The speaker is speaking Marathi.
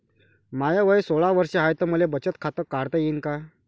माय वय सोळा वर्ष हाय त मले बचत खात काढता येईन का?